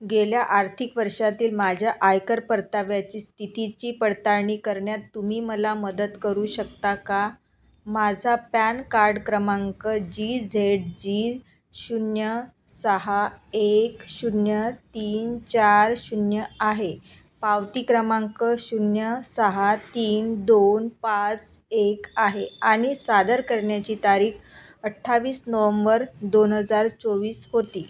गेल्या आर्थिक वर्षातील माझ्या आयकर परताव्याची स्थितीची पडताळणी करण्यात तुम्ही मला मदत करू शकता का माझा पॅन कार्ड क्रमांक जी झेड जी शून्य सहा एक शून्य तीन चार शून्य आहे पावती क्रमांक शून्य सहा तीन दोन पाच एक आहे आणि सादर करण्याची तारीख अठ्ठावीस नोवंबर दोन हजार चोवीस होती